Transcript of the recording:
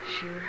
sure